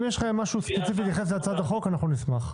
אם יש לך משהו ספציפי להתייחס להצעת חוק, נשמח.